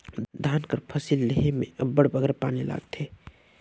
धान कर फसिल लेहे में अब्बड़ बगरा पानी लागथे